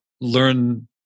learn